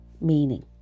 meaning